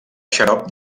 xarop